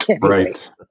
right